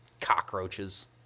cockroaches